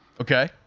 Okay